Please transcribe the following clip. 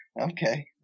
Okay